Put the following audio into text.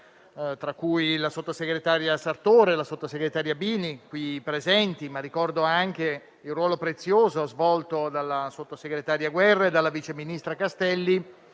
tra cui la sottosegretaria Sartore e la sottosegretaria Bini, qui presenti, ma ricordo anche il ruolo prezioso svolto dalla sottosegretaria Guerra e dalla vice ministro Castelli